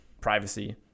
privacy